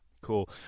Cool